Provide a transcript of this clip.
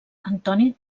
antoni